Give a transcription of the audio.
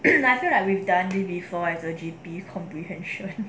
I feel like we have done this before as a G_P comprehension